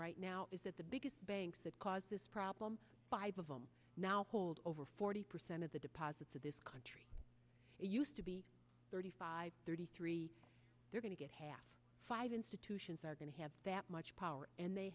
right now is that the biggest banks that caused this problem five of them now hold over forty percent of the deposits of this country it used to be thirty five thirty three they're going to get half five institutions are going to have that much power and they